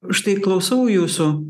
štai klausau jūsų